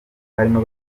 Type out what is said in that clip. barimo